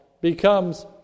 becomes